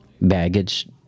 baggage